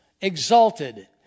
exalted